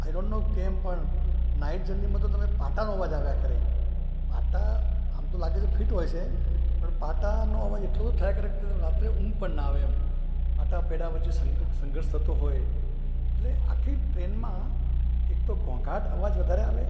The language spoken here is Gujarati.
આઈ ડોન્ટ નો કેમ પણ નાઈટ જર્નીમાં તો તમને પાટાનો અવાજ આવ્યા કરે પાટા આમ તો લાગે છે ફિટ હોય છે પણ પાટાનો અવાજ એટલો બધો થયા કરે કે તમને રાત્રે ઊંઘ પણ ના આવે એમ પાટા પૈડાં વચ્ચે સંઘ સંઘર્ષ થતો હોય એટલે આખી ટ્રેનમાં એક તો ઘોંધાટ અવાજ વધારે આવે